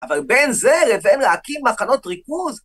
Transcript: אבל בין זה לבין להקים מחנות ריכוז